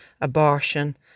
abortion